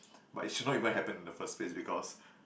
but it should not even happen in the first place because